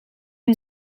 een